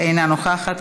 אינה נוכחת.